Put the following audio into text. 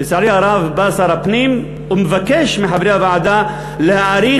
לצערי הרב בא שר הפנים ומבקש מחברי הוועדה להאריך